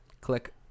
click